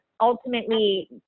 Ultimately